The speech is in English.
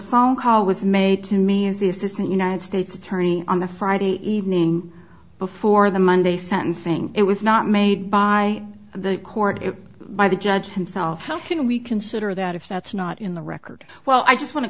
phone call was made to me as this is a united states attorney on the friday evening before the monday sentencing it was not made by the court by the judge himself how can we consider that if that's not in the record well i just want to